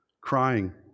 crying